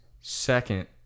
Second